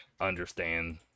Understand